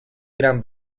gran